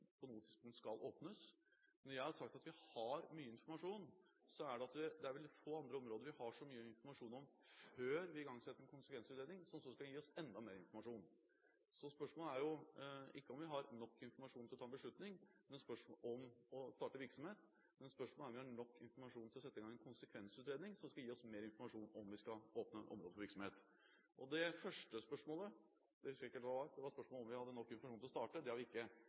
at det er veldig få andre områder vi har så mye informasjon om, før vi igangsetter en konsekvensutredning, som skal gi oss enda mer informasjon. Så spørsmålet er ikke om vi har nok informasjon til å ta en beslutning om å starte virksomhet, men om vi har nok informasjon til å sette i gang en konsekvensutredning som skal gi oss mer informasjon om hvorvidt vi skal åpne området for virksomhet. Det første spørsmålet husker jeg ikke hva var – det var spørsmålet om vi hadde nok informasjon til å starte. Det har vi ikke.